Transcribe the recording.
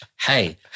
hey